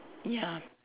ya